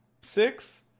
six